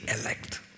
elect